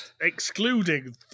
Excluding